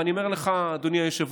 ואני אומר לך, אדוני היושב-ראש,